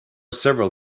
several